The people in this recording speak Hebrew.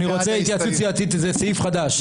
אני רוצה התייעצות סיעתית, זה סעיף חדש.